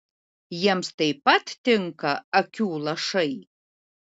jiems taip pat tinka akių lašai